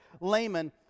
layman